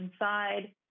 inside